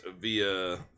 via